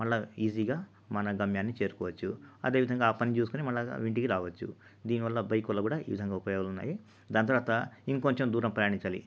మళ్ళీ ఈజీగా మన గమ్యానికి చేరుకోవచ్చు అదేవిధంగా ఆ పని చూసుకొని మళ్ళీ ఇంటికి రావొచ్చు దీనివల్ల బైక్ వల్ల కూడా ఈ విధంగా ఉపయోగాలున్నాయి దాని తరువాత ఇంకొంచెం దూరం ప్రయాణించాలి